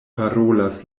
parolas